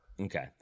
Okay